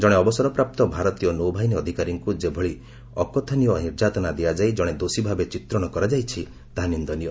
ଜଣେ ଅବସରପ୍ରାପ୍ତ ଭାରତୀୟ ନୌବାହିନୀ ଅଧିକାରୀଙ୍କୁ ଯେଭଳି ଅକଥନୀୟ ନିର୍ଯାତନା ଦିଆଯାଇ ଜଣେ ଦୋଷୀ ଭାବେ ଚିତ୍ରଣ କରାଯାଇଛି ତାହା ନିନ୍ଦନୀୟ